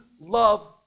love